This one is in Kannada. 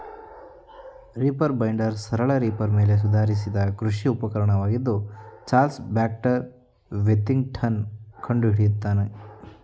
ರೀಪರ್ ಬೈಂಡರ್ ಸರಳ ರೀಪರ್ ಮೇಲೆ ಸುಧಾರಿಸಿದ ಕೃಷಿ ಉಪಕರಣವಾಗಿದ್ದು ಚಾರ್ಲ್ಸ್ ಬ್ಯಾಕ್ಸ್ಟರ್ ವಿಥಿಂಗ್ಟನ್ ಕಂಡುಹಿಡಿದನು